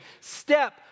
Step